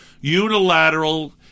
unilateral